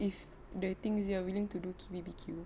if the things you are willing to do K_B_B_Q